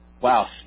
Wow